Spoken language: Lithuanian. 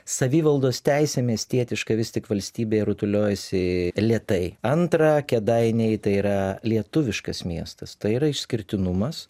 savivaldos teisę miestietišką vis tik valstybėj rutuliojasi lėtai antra kėdainiai tai yra lietuviškas miestas tai yra išskirtinumas